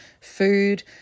food